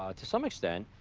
ah to some extent,